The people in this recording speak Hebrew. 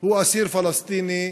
הוא אסיר פלסטיני,